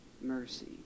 mercy